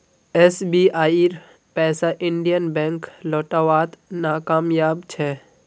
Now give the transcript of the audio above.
एसबीआईर पैसा Indian Bank लौटव्वात नाकामयाब छ